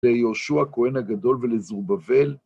ביהושוע, הכהן הגדול ולזרובבל.